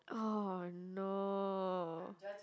oh no